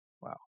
Wow